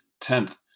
Tenth